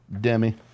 Demi